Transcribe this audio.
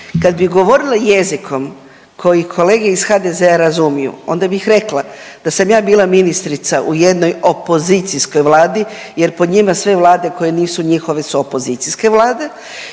kad bi govorila jezikom koje kolege iz HDZ-a razumiju onda bih rekla da sam ja bila ministrica u jednoj opozicijskoj vladi jer po njima sve vlade koje nisu njihove su opozicijske vlade